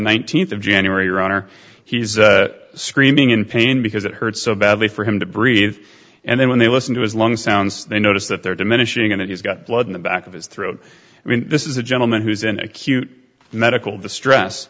nineteenth of january your honor he's screaming in pain because it hurts so badly for him to breathe and then when they listen to his lung sounds they notice that they're diminishing and he's got blood in the back of his throat i mean this is a gentleman who's in acute medical distress